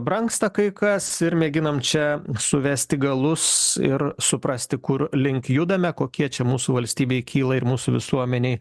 brangsta kai kas ir mėginam čia suvesti galus ir suprasti kur link judame kokie čia mūsų valstybei kyla ir mūsų visuomenei